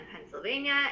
Pennsylvania